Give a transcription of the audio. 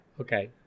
okay